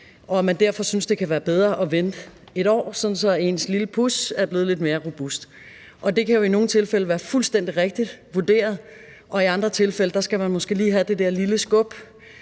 kan man synes, det kan være bedre at vente 1 år, sådan at ens lille pus er blevet lidt mere robust. Det kan jo i nogle tilfælde være fuldstændig rigtigt vurderet, og i andre tilfælde skal man måske lige have det der lille skub,